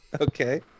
Okay